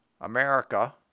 America